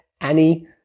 Annie